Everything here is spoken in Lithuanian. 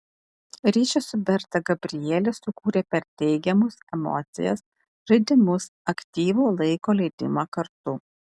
ryšį su berta gabrielė sukūrė per teigiamas emocijas žaidimus aktyvų laiko leidimą kartu